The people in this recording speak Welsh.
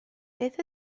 beth